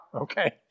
Okay